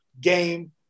game